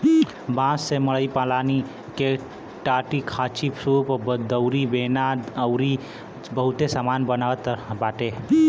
बांस से मड़ई पलानी के टाटीखांचीसूप दउरी बेना अउरी बहुते सामान बनत बाटे